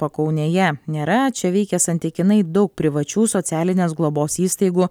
pakaunėje nėra čia veikia santykinai daug privačių socialinės globos įstaigų